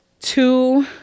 two